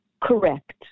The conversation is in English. Correct